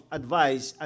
advice